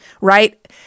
right